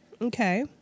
Okay